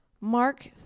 Mark